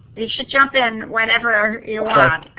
you should jump in whenever you want,